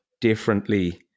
differently